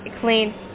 clean